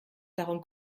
darum